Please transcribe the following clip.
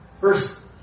first